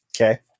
Okay